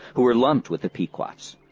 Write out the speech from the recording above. who were lumped with the pequot's.